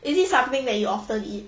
is it something that you often eat